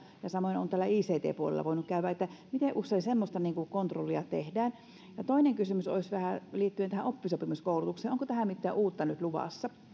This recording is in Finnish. ja samoin on täällä ict puolella voinut käydä miten usein semmoista kontrollia tehdään ja toinen kysymys olisi vähän liittyen tähän oppisopimuskoulutukseen onko tähän mitään uutta nyt luvassa